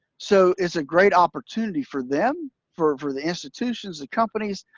so it's a great opportunity for them, for for the institutions and companies.